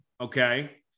okay